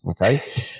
okay